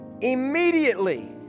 Immediately